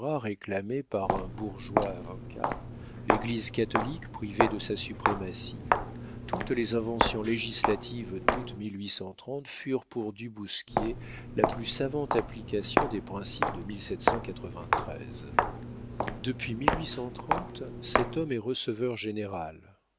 réclamée par un bourgeois avocat l'église catholique privée de sa suprématie toutes les inventions législatives daoût furent pour du bousquier la plus savante application des principes de depuis cet homme est receveur-général